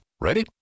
Ready